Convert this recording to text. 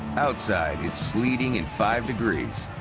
outside, it's sleeting and five degrees.